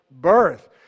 birth